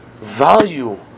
value